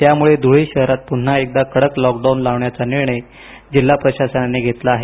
त्यामुळे धुळे शहरात पुन्हा एकदा कडक लॉक डाऊन लावण्याचा निर्णय जिल्हा प्रशासनाने घेतला आहे